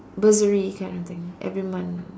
bursary kind of thing every month